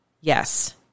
Yes